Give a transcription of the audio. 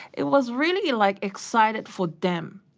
it was really like excited for them.